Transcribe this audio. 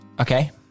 Okay